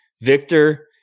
Victor